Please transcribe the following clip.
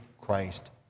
Christ